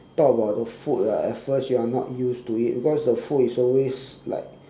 talk about the food ah at first you are not used to it because the food is always like